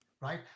right